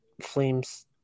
flames